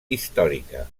històrica